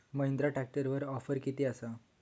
महिंद्रा ट्रॅकटरवर ऑफर किती आसा?